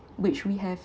which we have